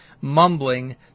mumbling